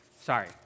Sorry